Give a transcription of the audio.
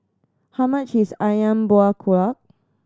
how much is Ayam Buah Keluak